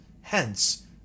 Hence